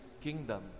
kingdom